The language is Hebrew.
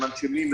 למנשמים,